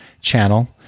channel